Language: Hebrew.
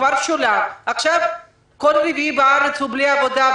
עכשיו כל אדם רביעי בארץ הוא בלי עבודה,